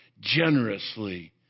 generously